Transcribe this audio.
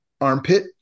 armpit